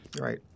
Right